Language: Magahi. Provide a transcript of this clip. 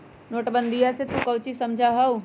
नोटबंदीया से तू काउची समझा हुँ?